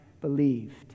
believed